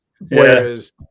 Whereas